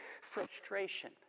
frustration